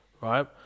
right